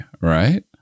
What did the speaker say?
right